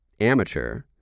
amateur